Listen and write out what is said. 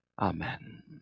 Amen